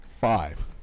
five